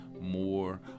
more